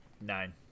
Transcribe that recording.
Nine